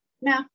no